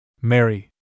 Mary